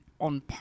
on